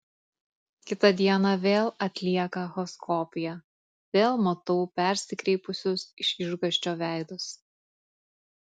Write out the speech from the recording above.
kitą dieną vėl atlieka echoskopiją vėl matau persikreipusius iš išgąsčio veidus